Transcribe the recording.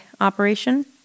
operation